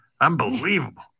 Unbelievable